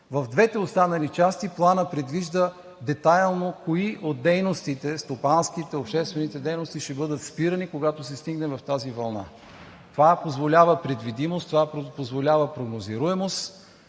В двете останали части Планът предвижда детайлно кои от дейностите – стопанските, обществените дейности ще бъдат спирани, когато се стигне до тази вълна. Това позволява предвидимост, това позволява прогнозируемост,